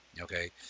Okay